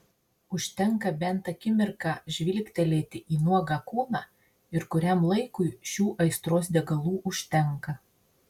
užtenka bent akimirką žvilgtelėti į nuogą kūną ir kuriam laikui šių aistros degalų užtenka